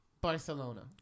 Barcelona